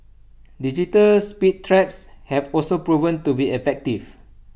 digital speed traps have also proven to be effective